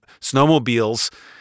snowmobiles